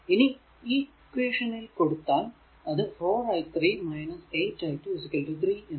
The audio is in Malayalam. ഇനി ഇക്വേഷനിൽ കൊടുത്താൽ അത് 4 i3 8 i2 3